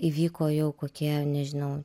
įvyko jau kokie nežinau